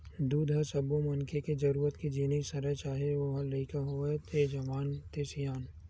दूद ह सब्बो मनखे के जरूरत के जिनिस हरय चाहे ओ ह लइका होवय ते जवान ते सियान